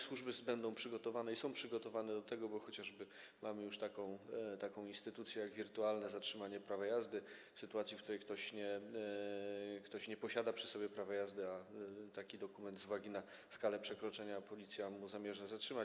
Służby będą przygotowane i są przygotowane do tego, bo chociażby mamy już taką instytucję jak wirtualne zatrzymanie prawa jazdy w sytuacji, w której ktoś nie posiada przy sobie prawa jazdy, a taki dokument z uwagi na skalę przekroczenia policja zamierza mu zatrzymać.